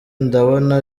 ndabona